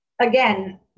again